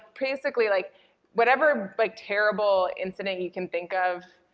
basically, like whatever like terrible incident you can think of,